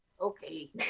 Okay